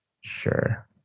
Sure